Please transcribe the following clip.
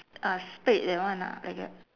ah spade that one ah like that